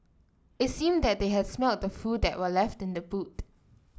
it seemed that they had smelt the food that were left in the boot